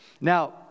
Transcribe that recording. Now